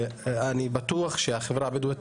ואני בטוח שהחברה הבדואית